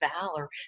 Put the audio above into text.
valor